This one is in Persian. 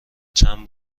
چند